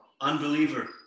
unbeliever